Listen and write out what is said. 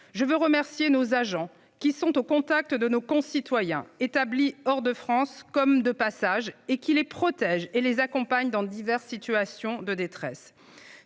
Je veux remercier nos agents qui sont au contact de nos concitoyens, établis hors de France ou seulement de passage ; ils les protègent et les accompagnent dans diverses situations de détresse.